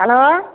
hello